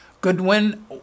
Goodwin